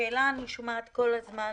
אני שומעת כל הזמן,